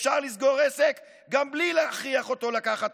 אפשר לסגור עסק גם בלי להכריח אותו לקחת